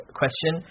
question